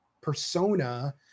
persona